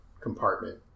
compartment